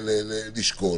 לשקול